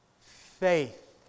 faith